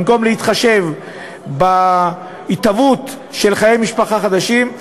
במקום להתחשב בהתהוות של חיי משפחה חדשים,